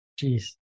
jeez